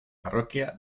parroquia